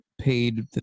paid